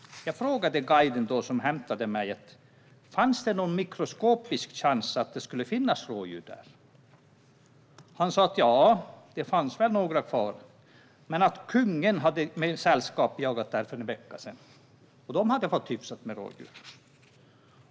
Jag frågade då guiden som hämtade mig om det fanns någon mikroskopisk chans att det skulle finnas rådjur där. Han sa: Ja, det fanns väl några kvar, men kungen med sällskap hade jagat där en vecka innan, och de hade fått hyfsat med rådjur.